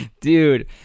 Dude